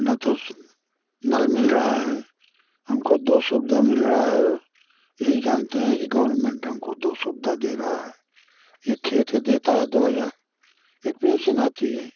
ना तो नल मिल रहा है हमको दो सुविधा मिल रहा है यही जानते हैं कि गौरमेंट हमको दो सुविधा दे रहा है एक खेत के देता है दो हजार एक पिन्सन आती है